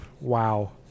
wow